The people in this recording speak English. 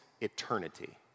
eternity